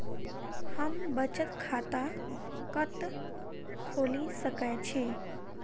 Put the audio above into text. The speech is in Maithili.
हम बचत खाता कतऽ खोलि सकै छी?